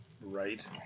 right